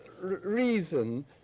reason